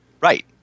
Right